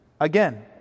Again